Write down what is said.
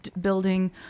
building